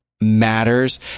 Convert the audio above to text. matters